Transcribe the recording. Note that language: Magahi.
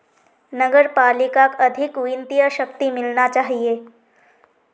नगर पालिकाक अधिक वित्तीय शक्ति मिलना चाहिए